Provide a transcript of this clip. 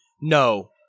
No